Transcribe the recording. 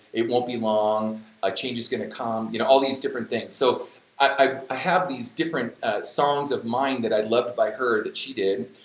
it won't be long, a change is gonna come, you know all these different things, so i ah have these different songs of mine that i love by her that she did,